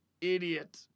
idiot